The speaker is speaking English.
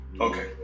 Okay